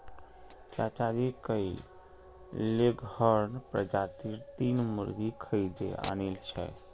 चाचाजी कइल लेगहॉर्न प्रजातीर तीन मुर्गि खरीदे आनिल छ